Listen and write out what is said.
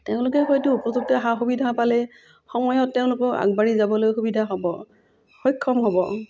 তেওঁলোকে হয়তো উপযুক্ত সা সুবিধা পালে সময়ত তেওঁলোকো আগবাঢ়ি যাবলৈ সুবিধা হ'ব সক্ষম হ'ব